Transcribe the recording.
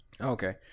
Okay